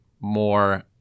more –